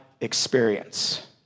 experience